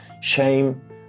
shame